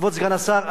כבוד סגן השר,